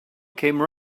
came